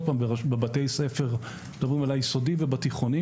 בבתי הספר אנחנו מדברים על היסודי ובתיכונים.